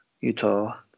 Utah